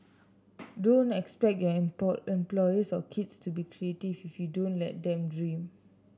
don't expect your employees or kids to be creative if you don't let them dream